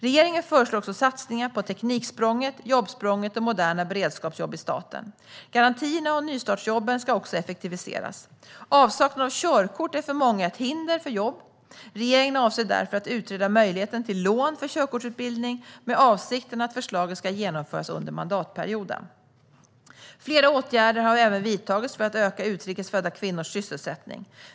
Regeringen föreslår också satsningar på Tekniksprånget, Jobbsprånget och moderna beredskapsjobb i staten. Garantierna och nystartsjobben ska också effektiviseras. Avsaknad av körkort är för många ett hinder för jobb. Regeringen avser därför att utreda möjligheten till lån för körkortsutbildning med avsikten att förslaget ska genomföras under mandatperioden. Flera åtgärder har även vidtagits för att öka utrikes födda kvinnors sysselsättning.